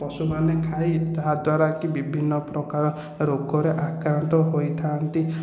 ପଶୁମାନେ ଖାଇ ତାହା ଦ୍ବାରା କି ବିଭିନ୍ନ ପ୍ରକାର ରୋଗ ରେ ଆକ୍ରାନ୍ତ ହୋଇଥା'ନ୍ତି